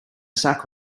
sack